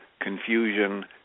confusion